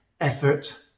effort